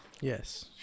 yes